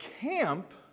camp